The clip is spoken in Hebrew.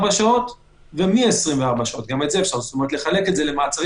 (ב)הוראות פסקת משנה זו לא יחולו על עצור